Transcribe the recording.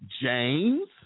James